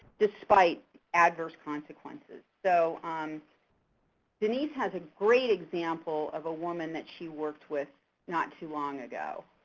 despite adverse consequences. so um denise has a great example of a woman that she worked with not too long ago.